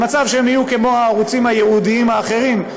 למצב שהם יהיו כמו הערוצים הייעודיים האחרים,